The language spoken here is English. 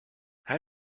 how